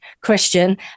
Christian